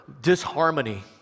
disharmony